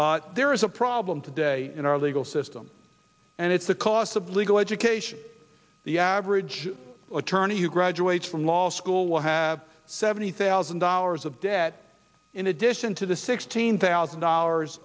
there is a problem today in our legal system and it's the cost of legal education the average attorney who graduates from law school will have seventy thousand dollars of debt in addition to the sixteen thousand dollars